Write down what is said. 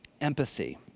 empathy